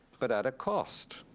but at a cost.